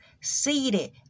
seated